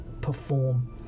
perform